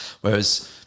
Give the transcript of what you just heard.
whereas